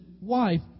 wife